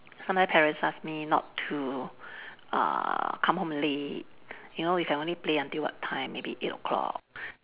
sometimes parents ask me not to uh come home late you know you can only play until what time maybe eight o-clock